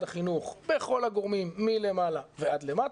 החינוך וכל הגורמים מלמעלה ועד למטה,